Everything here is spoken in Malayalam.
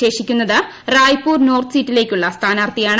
ശേഷിക്കുന്നത് റായ്പൂർ നോർത്ത് സീറ്റിലേക്കുള്ള സ്ഥാനാർത്ഥിയാണ്